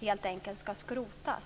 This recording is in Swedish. helt enkelt ska slopas.